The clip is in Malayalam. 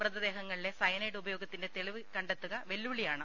മൃതദേഹങ്ങളിലെ ഡയനൈഡ് ഉപയോ ഗത്തിന്റെ തെളിവ് കണ്ടെത്തുക വെല്ലുവിളിയാണ്